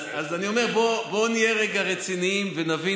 אז אני אומר, בואו נהיה רגע רציניים ונבין